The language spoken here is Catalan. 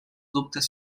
dubtes